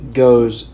goes